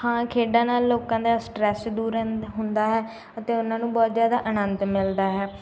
ਹਾਂ ਖੇਡਾਂ ਨਾਲ ਲੋਕਾਂ ਦਾ ਸਟਰੈਸ ਦੂਰ ਰਹਿੰਦ ਹੁੰਦਾ ਹੈ ਅਤੇ ਉਹਨਾਂ ਨੂੰ ਬਹੁਤ ਜ਼ਿਆਦਾ ਆਨੰਦ ਮਿਲਦਾ ਹੈ